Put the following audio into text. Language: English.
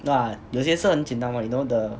那有些是很简单 what you know the